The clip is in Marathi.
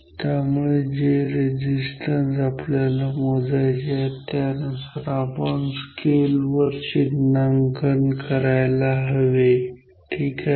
त्यामुळे जे रेझिस्टन्स आपल्याला मोजायचे आहेत त्यानुसार आपण या स्केल चे चिन्हांकन करायला हवे ठीक आहे